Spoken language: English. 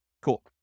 Cool